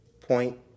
point